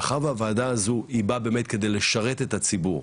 מאחר והוועדה הזו היא באה באמת כדי לשרת את הציבור,